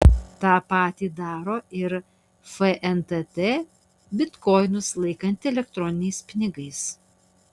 tą patį daro ir fntt bitkoinus laikanti elektroniniais pinigais